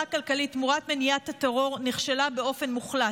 כלכלית תמורת מניעת הטרור נכשלה באופן מוחלט.